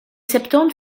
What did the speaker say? septante